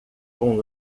com